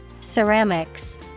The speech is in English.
Ceramics